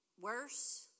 worse